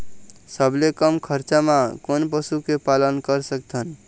सबले कम खरचा मा कोन पशु के पालन कर सकथन?